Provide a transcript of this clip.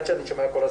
הישיבה ננעלה בשעה